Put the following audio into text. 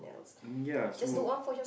um ya so